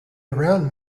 around